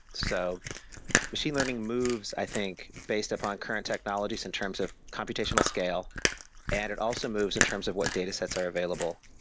so machine learning moves, i think based upon current technologies in terms of computational scale and it also moves in terms of what data sets are available.